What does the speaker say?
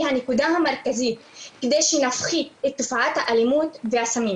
הנקודה המרכזית כדי להפחית את תופעת האלימות והסמים.